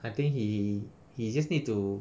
I think he he just need to